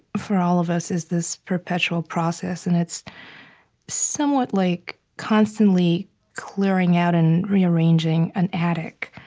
for all of us, is this perpetual process. and it's somewhat like constantly clearing out and rearranging an attic.